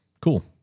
Cool